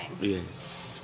Yes